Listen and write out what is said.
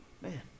man